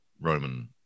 Roman